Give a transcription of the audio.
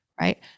right